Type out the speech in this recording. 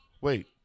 wait